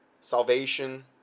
salvation